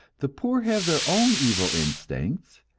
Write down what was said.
the poor have their own evil instincts,